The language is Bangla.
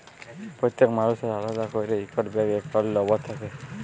প্যত্তেক মালুসের আলেদা ক্যইরে ইকট ব্যাংক একাউল্ট লম্বর থ্যাকে